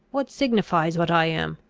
what signifies what i am?